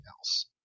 else